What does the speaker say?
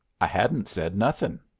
i hadn't said nothing.